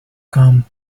come